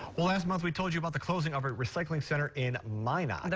last month we told you about the closing of a recycling center in minot.